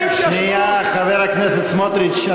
רק שנייה, חבר הכנסת סמוטריץ.